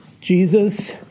Jesus